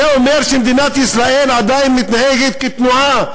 זה אומר שמדינת ישראל עדיין מתנהגת כתנועה,